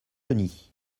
denis